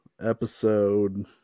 episode